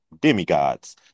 demigods